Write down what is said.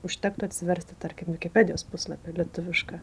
užtektų atsiversti tarkim vikipedijos puslapį lietuvišką